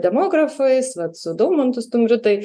demografais vat su daumantu stumbriu tai